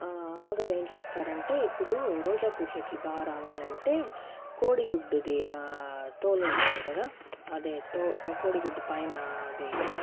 అమ్మగారు ఏం చేస్తారంటే ఇప్పుడు రోజా పువ్వు చెట్లు బాగా రావాలంటే కోడుగుడ్డుది తోలు ఉంటుంది కదా అదే కోడి గుడ్డు పైన అది